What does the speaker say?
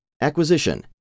Acquisition